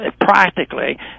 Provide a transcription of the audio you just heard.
practically